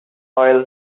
oil